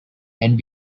and